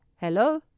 Hello